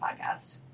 podcast